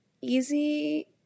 easy